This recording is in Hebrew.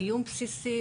קיום בסיסי,